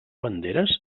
banderes